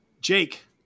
Jake